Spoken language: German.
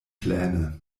pläne